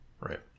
Right